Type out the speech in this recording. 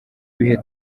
bihe